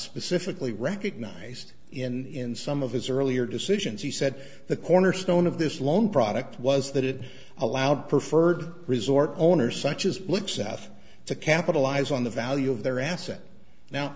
specifically recognized in some of his earlier decisions he said the cornerstone of this loan product was that it allowed preferred resort owners such as look south to capitalize on the value of their assets now